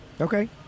okay